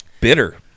bitter